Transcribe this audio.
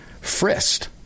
Frist